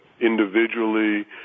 individually